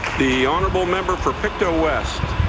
the honourable member for pictou west?